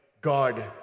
God